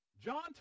John